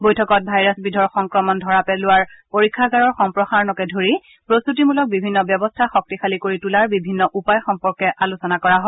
বৈঠকত ভাইৰাছবিধৰ সংক্ৰমণ ধৰা পেলোৱাৰ পৰীক্ষাগাৰৰ সম্প্ৰসাৰণকে ধৰি প্ৰস্তাতিমূলক বিভিন্ন ব্যৱস্থা শক্তিশালী কৰি তোলাৰ বিভিন্ন উপায় সম্পৰ্কে আলোচনা কৰা হয়